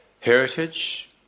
heritage